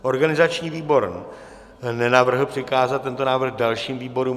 Organizační výbor nenavrhl přikázat tento návrh dalším výborům.